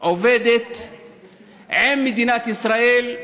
עובדת עם מדינת ישראל,